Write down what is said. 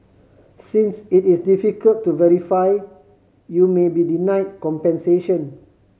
since it is difficult to verify you may be denied compensation